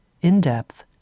in-depth